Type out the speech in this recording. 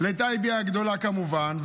זו הייתה יגיעה גדולה כמובן.